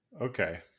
Okay